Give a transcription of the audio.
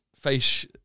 face